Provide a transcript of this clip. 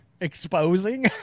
exposing